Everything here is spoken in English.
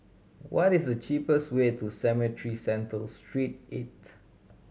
what is the cheapest way to Cemetry Central Street Eight